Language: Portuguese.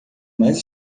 mais